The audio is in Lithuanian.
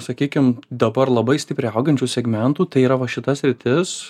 sakykim dabar labai stipriai augančių segmentų tai yra va šita sritis